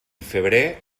febrer